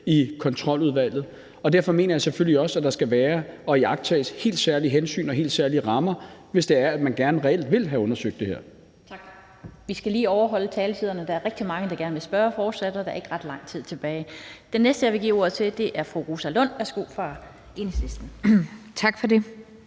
har sæde der, og derfor mener jeg selvfølgelig også, at der skal være og iagttages helt særlige hensyn og helt særlige rammer, hvis det er sådan, at man reelt gerne vil have undersøgt det her. Kl. 14:44 Den fg. formand (Annette Lind): Tak. Vi skal lige overholde taletiderne. Der er fortsat rigtig mange, der gerne vil spørge, og der er ikke ret lang tid tilbage. Den næste, jeg vil give ordet til, er fru Rosa Lund fra Enhedslisten. Værsgo. Kl.